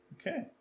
Okay